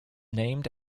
named